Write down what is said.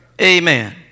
Amen